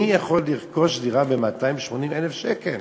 מי יכול לרכוש דירה ב-280,000 שקל?